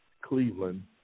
cleveland